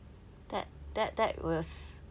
that that that was